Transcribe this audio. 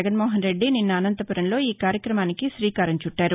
జగన్మోహన్ రెడ్డి నిన్న అనంతపురంలో ఈ కార్యక్రమానికి శ్రీకారం చుట్టారు